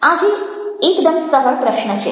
આજે એકદમ સરળ પ્રશ્ન છે